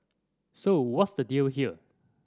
so what's the deal here